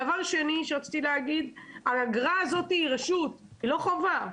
דבר שני, האגרה הזאת היא רשות, היא לא חובה.